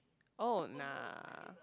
oh nah